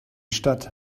stadt